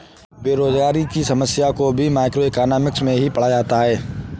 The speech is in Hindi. बेरोजगारी की समस्या को भी मैक्रोइकॉनॉमिक्स में ही पढ़ा जाता है